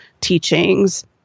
teachings